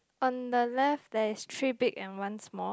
on the left there is three big and one small